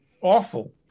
awful